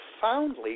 profoundly